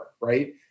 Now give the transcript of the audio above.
right